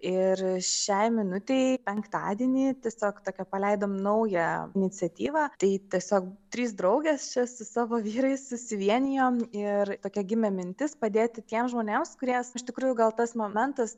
ir šiai minutei penktadienį tiesiog tokia paleidom naują iniciatyvą tai tiesiog trys draugės čia su savo vyrais susivienijom ir tokia gimė mintis padėti tiems žmonėms kuriems iš tikrųjų gal tas momentas